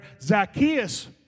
Zacchaeus